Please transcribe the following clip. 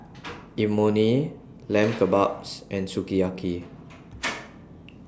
Imoni Lamb Kebabs and Sukiyaki